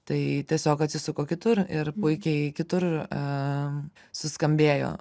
tai tiesiog atsisuko kitur ir puikiai kitur suskambėjo